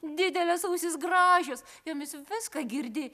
didelės ausys gražios jomis viską girdi